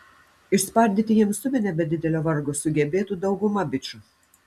išspardyti jam subinę be didelio vargo sugebėtų dauguma bičų